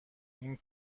این